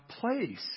place